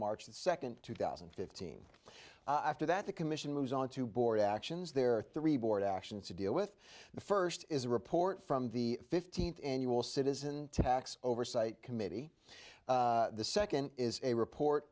march second two thousand and fifteen after that the commission moves on to board actions there are three board actions to deal with the first is a report from the fifteenth annual citizen tax oversight committee the second is a report